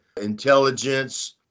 intelligence